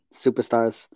superstars